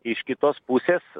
iš kitos pusės